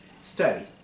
study